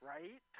Right